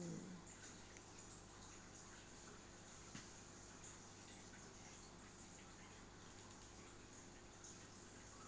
~(mm)